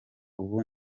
ubu